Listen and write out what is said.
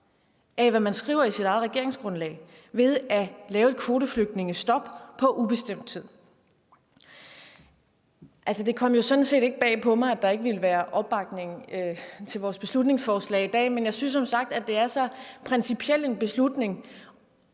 af, hvad man skriver i sit eget regeringsgrundlag, ved at lave et kvoteflygtningestop på ubestemt tid. Altså, det kom jo sådan set ikke bag på mig, at der ikke ville være opbakning til vores beslutningsforslag i dag, men jeg synes som sagt, at det er så principiel en beslutning,